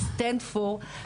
'סטנד פור',